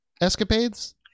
escapades